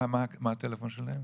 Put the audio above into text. מה הטלפון שלהם?